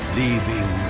leaving